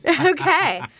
Okay